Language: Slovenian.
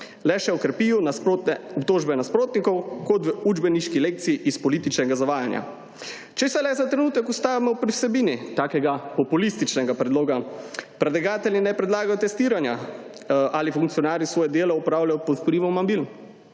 le še okrepijo nasprotne, obtožbe nasprotnikov kot v učbeniški lekciji iz političnega zavajanja. Če se le za trenutek ustavimo pri vsebini takega populističnega predloga, predlagatelji naj predlagajo testiranja ali funkcionarji svoje delo opravljajo pod vplivom mamil,